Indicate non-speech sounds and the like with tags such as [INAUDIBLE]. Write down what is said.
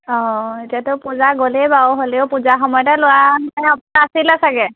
অ এতিয়াতো পূজা গ'লেই বাৰু হ'লেও পূজা সময়তে লোৱা [UNINTELLIGIBLE] সপ্তাহ আছিলে চাগে